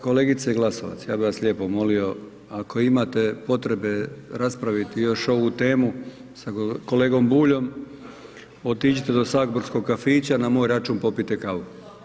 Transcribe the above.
Kolegice Glasovac, ja bi vas lijepo molio ako imate potrebe raspraviti još ovu temu sa kolegom Buljom, otiđite do saborskog kafića, na moj račun popijte kavu.